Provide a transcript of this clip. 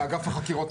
בסדר.